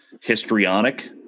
histrionic